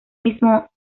mismo